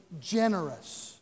generous